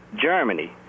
Germany